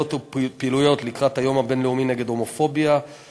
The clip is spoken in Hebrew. ופעילויות לקראת היום הבין-לאומי נגד הומופוביה,